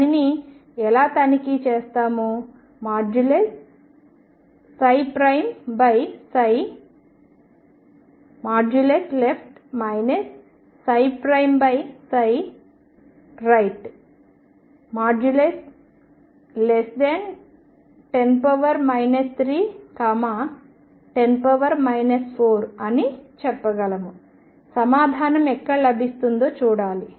దానిని ఎలా తనిఖీ చేస్తాము |left |right10 310 4 అని చెప్పగలము సమాధానం ఎక్కడ లభిస్తుందో చూడాలి